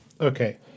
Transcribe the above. Okay